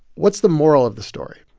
what's the moral of the story?